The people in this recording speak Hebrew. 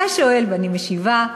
אתה שואל ואני משיבה,